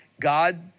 God